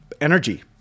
energy